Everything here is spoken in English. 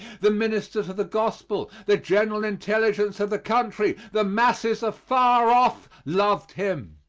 the ministers of the gospel, the general intelligence of the country, the masses afar oft, loved him.